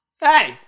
Hey